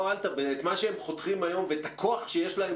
את מה שהם חותכים היום ואת הכוח שיש להם